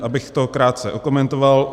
Abych to krátce okomentoval.